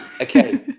okay